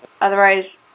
Otherwise